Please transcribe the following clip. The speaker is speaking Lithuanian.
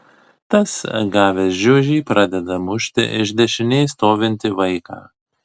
tas gavęs žiužį pradeda mušti iš dešinės stovintį vaiką